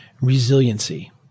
resiliency